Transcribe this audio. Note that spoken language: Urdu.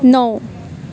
نو